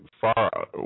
far